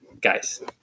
Guys